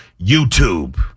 YouTube